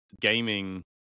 gaming